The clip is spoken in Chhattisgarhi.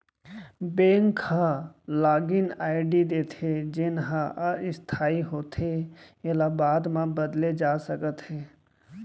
बेंक ह लागिन आईडी देथे जेन ह अस्थाई होथे एला बाद म बदले जा सकत हे